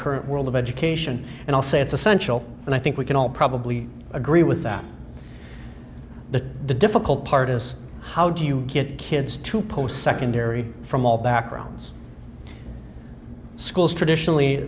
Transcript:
current world of education and i'll say it's essential and i think we can all probably agree with that the the difficult part is how do you get kids to post secondary from all backgrounds schools traditionally